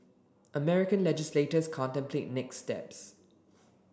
American legislators contemplate next steps